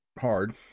hard